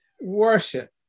worship